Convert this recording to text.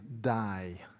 die